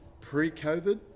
pre-COVID